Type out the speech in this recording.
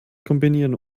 kombinieren